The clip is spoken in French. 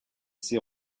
ses